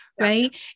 Right